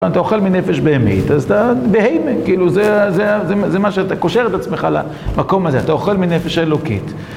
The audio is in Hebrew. אתה אוכל מנפש באמת, אז אתה, בהמה, כאילו זה מה שאתה קושר את עצמך למקום הזה, אתה אוכל מנפש אלוקית.